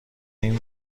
این